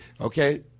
Okay